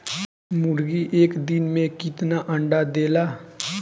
मुर्गी एक दिन मे कितना अंडा देला?